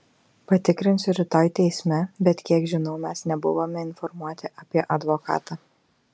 patikrinsiu rytoj teisme bet kiek žinau mes nebuvome informuoti apie advokatą